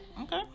Okay